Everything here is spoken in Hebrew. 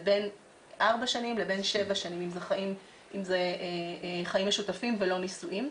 זה בין ארבע שנים לבין שבע שנים אם זה חיים משותפים ולא נישואין,